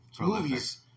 movies